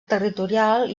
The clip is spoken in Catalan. territorial